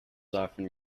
often